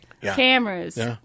cameras